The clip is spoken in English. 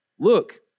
Look